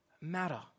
matter